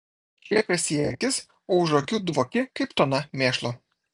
šiepiesi į akis o už akių dvoki kaip tona mėšlo